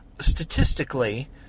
statistically